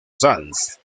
sanz